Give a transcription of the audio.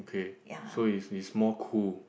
okay so is is more cool